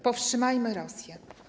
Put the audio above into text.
Powstrzymajmy Rosję.